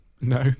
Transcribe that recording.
No